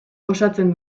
osatzen